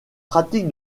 pratique